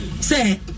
say